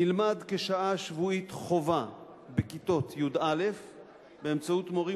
נלמד כשעה שבועית חובה בכיתות י"א באמצעות מורים